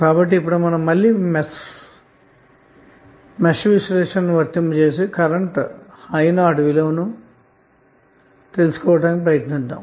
కాబట్టి ఇప్పుడు మళ్ళీ మెష్ విశ్లేషణను వర్తింపజేసి కరెంటు I0 విలువను తెలుసుకోవడానికి ప్రయత్నిద్దాము